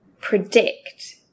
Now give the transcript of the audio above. predict